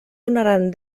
donaran